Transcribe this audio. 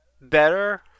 better